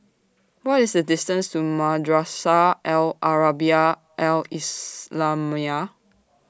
What IS The distance to Madrasah Al Arabiah Al Islamiah